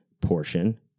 portion